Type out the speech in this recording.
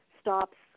stops